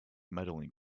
medaling